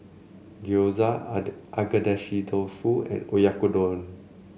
Gyoza Agedashi Dofu and Oyakodon